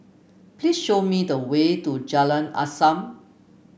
please show me the way to Jalan Azam